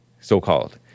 so-called